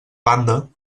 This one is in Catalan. banda